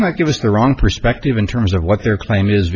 might give us the wrong perspective in terms of what their claim is